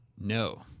No